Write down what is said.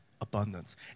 abundance